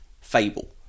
Fable